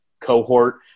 cohort